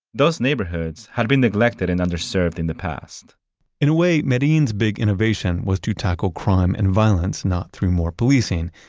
those neighborhoods had been neglected and underserved in the past in a way, medellin's big innovation was to tackle crime and violence not through more policing,